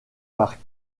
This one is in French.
par